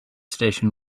station